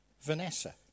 Vanessa